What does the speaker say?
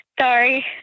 Sorry